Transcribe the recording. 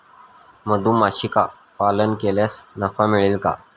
मधुमक्षिका पालन केल्यास नफा मिळेल का?